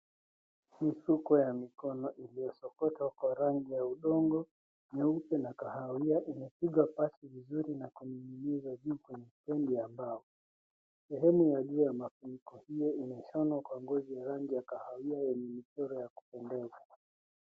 Mifuko ya mkono iliyosokotwa kwa rangi ya udongo, nyeupe na kahawia imepigwa pasi vizuri na kunung'inizwa juu kwenye stendi ya mbao. Sehemu ya juu ya mafuko hi imeshonwa kwa ngozi ya rangi ya kahawia na michoro ya kuendeza.